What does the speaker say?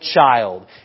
child